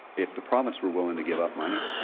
if the province were willing to give up money,